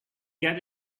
get